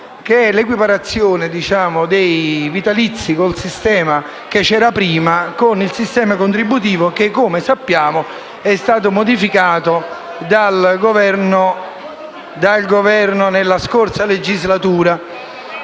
ossia l'equiparazione dei vitalizi del sistema precedente con il sistema contributivo che, come sappiamo, è stato modificato dal Governo nella scorsa legislatura.